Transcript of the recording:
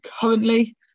currently